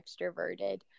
extroverted